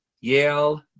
Yale